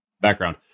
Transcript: background